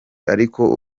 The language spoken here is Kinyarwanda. ariko